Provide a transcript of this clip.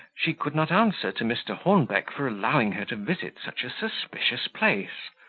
she could not answer to mr. hornbeck for allowing her to visit such a suspicious place.